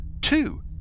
two